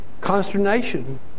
consternation